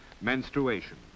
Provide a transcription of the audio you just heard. menstruation